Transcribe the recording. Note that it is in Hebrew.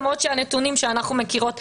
למרות שהנתונים שאנחנו מכירים,